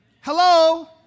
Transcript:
Hello